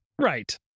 Right